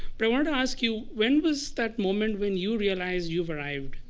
but i wanted to ask you, when was that moment when you realized you've arrived?